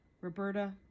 Roberta